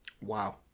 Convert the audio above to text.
Wow